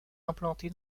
implantée